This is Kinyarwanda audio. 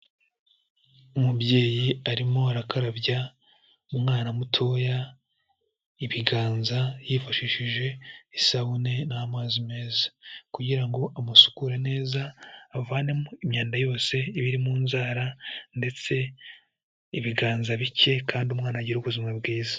Umubyeyi arimo arakarabya umwana mutoya, ibiganza yifashishije isabune n'amazi meza. Kugira amusukure neza avanemo imyanda yose iba iri mu nzara ndetse n'ibiganza bicye kandi umwana agire ubuzima bwiza.